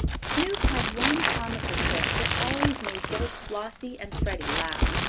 snoop had one comical trick that always made both flossie and freddie laugh.